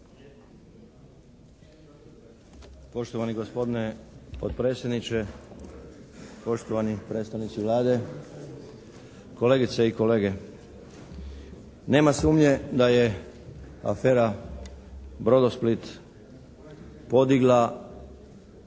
Poštovani gospodine potpredsjedniče, poštovani predstavnici Vlade, kolegice i kolege! Nema sumnje da je afera "Brodosplit" podigla